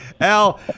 Al